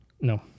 No